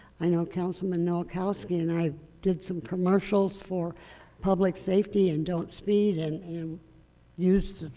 i know councilman nowakowski and i did some commercials for public safety and don't speed and and use